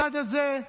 הצד הזה,